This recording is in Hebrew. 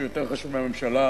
שהוא יותר חשוב מהממשלה,